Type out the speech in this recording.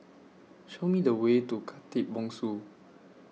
Show Me The Way to Khatib Bongsu